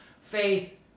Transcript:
Faith